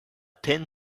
thin